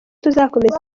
tuzakomeza